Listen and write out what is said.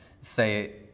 say